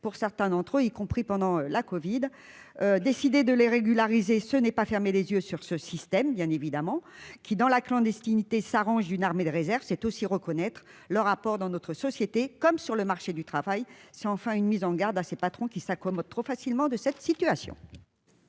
pour certains d'entre eux, y compris pendant la Covid décidé de les régulariser, ce n'est pas fermé les yeux sur ce système, bien évidemment, qui, dans la clandestinité s'arrange une armée de réserve, c'est aussi reconnaître leur rapport dans notre société, comme sur le marché du travail, c'est enfin une mise en garde à ses patrons qui s'accommode trop facilement de cette situation.